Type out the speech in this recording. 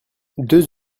deux